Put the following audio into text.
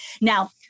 Now